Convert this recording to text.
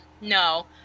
no